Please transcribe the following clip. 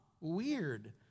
weird